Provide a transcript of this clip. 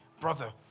brother